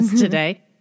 today